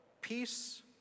peace